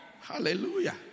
Hallelujah